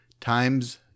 times